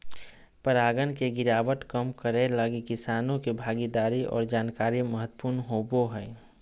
परागण के गिरावट कम करैय लगी किसानों के भागीदारी और जानकारी महत्वपूर्ण होबो हइ